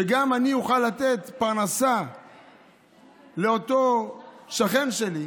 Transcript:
שגם אני אוכל לתת פרנסה לאותו שכן שלי,